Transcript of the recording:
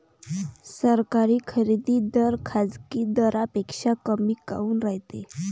सरकारी खरेदी दर खाजगी दरापेक्षा कमी काऊन रायते?